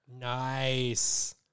Nice